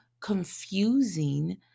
confusing